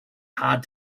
hard